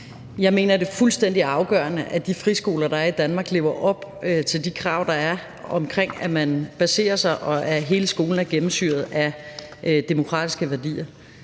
Jeg mener, det er fuldstændig afgørende, at de friskoler, der er i Danmark, lever op til de krav, der er, om, at man baserer sig på og at hele skolen er gennemsyret af demokratiske værdier.